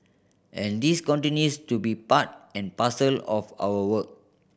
and this continues to be part and parcel of our work